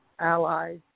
allies